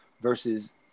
versus